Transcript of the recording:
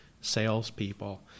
salespeople